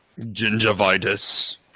Gingivitis